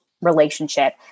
relationship